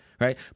right